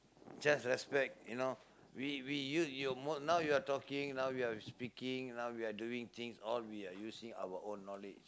just respect you know we we you you mos~ now we are talking now we are speaking now we are doing things all we are using our own knowledge